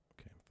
Okay